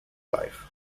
life